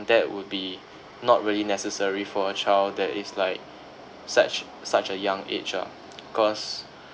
that would be not really necessary for a child that is like such such a young age ah cause